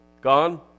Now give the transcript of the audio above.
gone